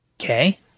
Okay